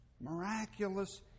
Miraculous